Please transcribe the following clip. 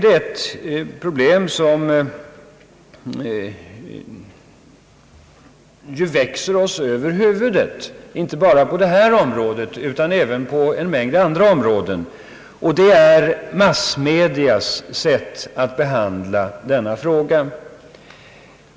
Ett problem som växer OSS över huvudet, inte bara på detia område utan även på en mängd andra håll, är massmedias sätt att behandla denna fråga.